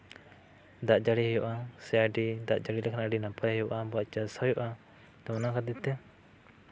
ᱫᱟᱜ ᱡᱟᱹᱲᱤ ᱦᱩᱭᱩᱜᱼᱟ ᱥᱮ ᱟᱹᱰᱤ ᱫᱟᱜ ᱡᱟᱹᱲᱤ ᱦᱩᱭᱩᱜᱼᱟ ᱥᱮ ᱟᱹᱰᱤ ᱫᱟᱜ ᱡᱟᱹᱲᱤ ᱞᱮᱠᱷᱟᱱ ᱟᱹᱰᱤ ᱱᱟᱯᱟᱭ ᱦᱩᱭᱩᱜᱼᱟ ᱟᱵᱚᱣᱟᱜ ᱪᱟᱥ ᱦᱩᱭᱩᱜᱼᱟ ᱛᱟᱨᱯᱚᱨᱮ ᱚᱱᱟ ᱠᱷᱟᱹᱛᱤᱨ ᱛᱮ